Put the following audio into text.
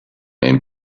and